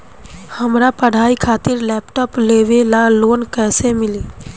हमार पढ़ाई खातिर लैपटाप लेवे ला लोन कैसे मिली?